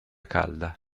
calda